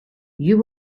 you